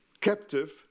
captive